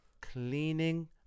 cleaning